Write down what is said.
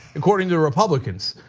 according to republicans.